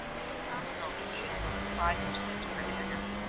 at a nominal interest of five per cent per annum,